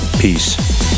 peace